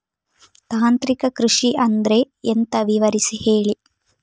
ತಾಂತ್ರಿಕ ಕೃಷಿ ಅಂದ್ರೆ ಎಂತ ವಿವರಿಸಿ ಹೇಳಿ